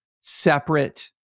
separate